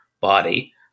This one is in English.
body